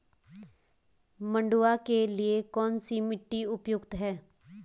मंडुवा के लिए कौन सी मिट्टी उपयुक्त है?